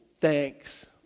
thanks